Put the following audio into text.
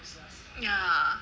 ya